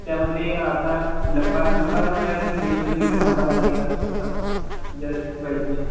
त्यामध्ये आपला लांब लांब रोड आहे तर बीचमध्ये कुठे थांबा लागेल असं तसं जास्त पाहिजे